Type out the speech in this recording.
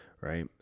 right